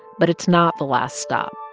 but it's not the last stop.